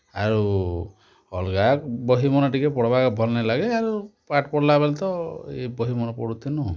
ଆରୁ ଅଲ୍ଗା ବହିମାନ ଟିକେ ପଢ଼୍ବା କେ ଭଲ୍ ନାଇ ଲାଗେ ଆରୁ ପାଠ୍ ପଢ଼୍ଲା ବେଲେ ତ ଇ ବହିମାନେ ପଢ଼ୁଥିଲୁଁ